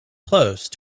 close